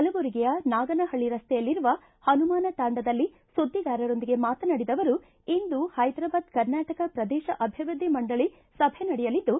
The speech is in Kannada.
ಕಲಬುರಗಿಯ ನಾಗನಹಳ್ಳ ರಸ್ತೆಯಲ್ಲಿರುವ ಹನುಮಾನ ತಾಂಡಾದಲ್ಲಿ ಸುದ್ಗಿಗಾರರೊಂದಿಗೆ ಮಾತನಾಡಿದ ಅವರು ಇಂದು ಹೈದ್ರಾಬಾದ್ ಕರ್ನಾಟಕ ಪ್ರದೇಶ ಅಭಿವೃದ್ದಿ ಮಂಡಳಿ ಸಭೆ ನಡೆಯಲಿದ್ದು